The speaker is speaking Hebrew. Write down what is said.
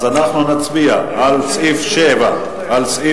אז אנחנו נצביע על סעיפים 7 ו-8,